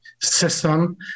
system